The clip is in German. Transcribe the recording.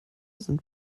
sind